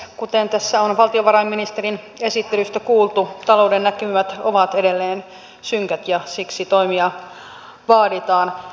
kuten tässä on valtiovarainministerin esittelystä kuultu talouden näkymät ovat edelleen synkät ja siksi toimia vaaditaan